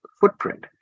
footprint